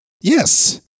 Yes